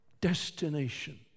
destination